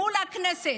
מול הכנסת.